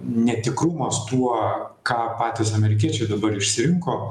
netikrumas tuo ką patys amerikiečiai dabar išsirinko